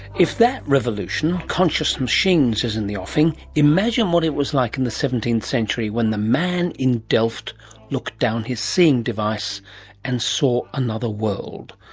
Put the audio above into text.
if the revolution, of conscious machines, is in the offing, imagine what it was like in the seventeenth century when the man in delft looked down his seeing device and saw another world.